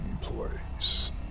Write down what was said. place